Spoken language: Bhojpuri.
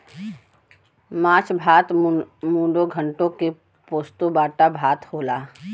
माछ भात मुडो घोन्टो के पोस्तो बाटा भात होला